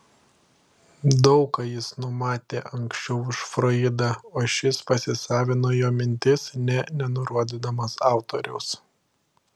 daug ką jis numatė anksčiau už froidą o šis pasisavino jo mintis nė nenurodydamas autoriaus